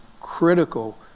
critical